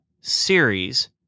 series